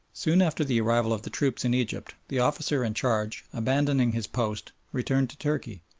soon after the arrival of the troop in egypt the officer in charge, abandoning his post, returned to turkey,